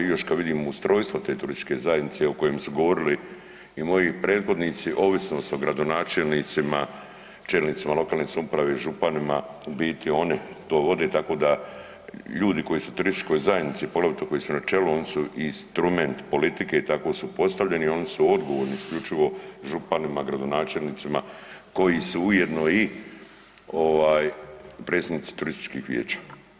I još kada vidim ustrojstvo te turističke zajednice o kojem su govorili i moji prethodnici ovisnost o gradonačelnicima, čelnicima lokalne samouprave županima u biti oni to vode, tako da ljudi koji su u turističkoj zajednici, poglavito koji su na čelu oni su instrument politike i tako su postavljeni, oni su odgovorni isključivo županima, gradonačelnicima koji su ujedno i predsjednici turističkih vijeća.